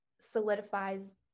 solidifies